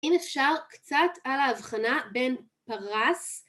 אם אפשר קצת על ההבחנה בין פרס